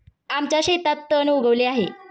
आमच्या शेतात तण उगवले आहे